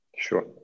Sure